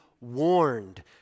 warned